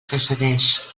precedeix